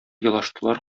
елаштылар